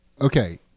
Okay